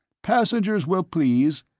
passengers will please.